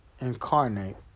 incarnate